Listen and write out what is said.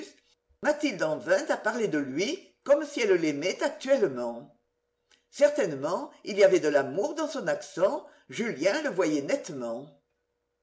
mathilde en vint à parler de lui comme si elle l'aimait actuellement certainement il y avait de l'amour dans son accent julien le voyait nettement